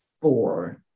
four